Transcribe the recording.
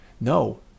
No